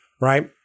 right